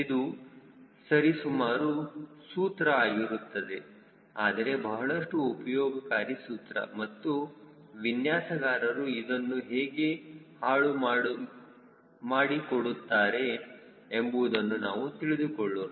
ಇದು ಸರಿಸುಮಾರು ಸೂತ್ರ ಆಗಿರುತ್ತದೆ ಆದರೆ ಬಹಳಷ್ಟು ಉಪಯೋಗಕಾರಿ ಸೂತ್ರ ಮತ್ತು ವಿನ್ಯಾಸಗಾರರು ಇದನ್ನು ಹೇಗೆ ಹಾಳು ಮಾಡಿಕೊಳ್ಳುತ್ತಾರೆ ಎಂಬುವುದನ್ನು ನಾವು ತಿಳಿದುಕೊಳ್ಳೋಣ